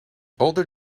older